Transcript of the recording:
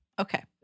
Okay